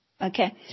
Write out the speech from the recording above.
okay